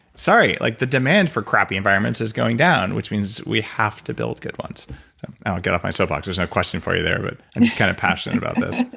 sorry, like the demand for crappy environments is going down. which means, we have to build good ones i'm gonna and get off my soap box. there's no question for you there. but i'm just kind of passionate about this